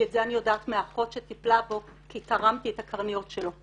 כי את זה אני יודעת מהאחות שטיפלה בו כי תרמתי את הקרניות שלו.